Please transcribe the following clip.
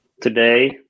today